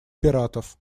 пиратов